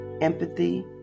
empathy